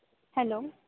hello